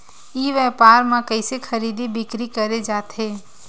ई व्यापार म कइसे खरीदी बिक्री करे जाथे?